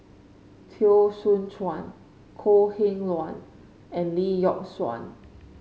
Teo Soon Chuan Kok Heng Leun and Lee Yock Suan